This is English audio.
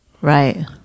Right